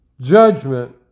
judgment